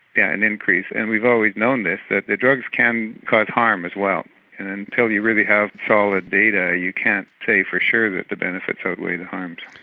yeah an increase, and we've always known this that the drugs can cause harm as well and until you really have solid data you can't say for sure that the benefits outweigh the harms.